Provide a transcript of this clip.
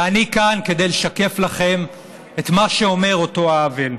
ואני כאן כדי לשקף לכם את מה שאומר אותו עוול,